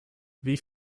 wie